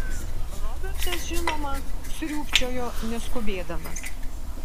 robertas žinoma sriūbčiojo neskubėdamas